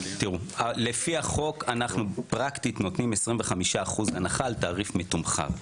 לפי החוק אנחנו פרקטית נותנים 25% הנחה על תעריף מתומחר.